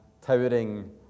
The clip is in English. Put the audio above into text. towering